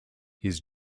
his